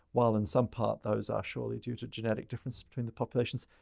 while in some part those are surely due to genetic differences between the populations.